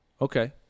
Okay